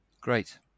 Great